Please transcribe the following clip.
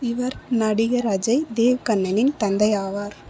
இவர் நடிகர் அஜய் தேவ்கண்ணனின் தந்தை ஆவார்